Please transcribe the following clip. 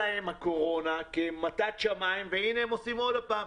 להם הקורונה כמתת שמיים והנה הם עושים את זה עוד פעם.